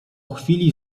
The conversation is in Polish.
chwili